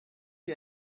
die